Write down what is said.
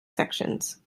sections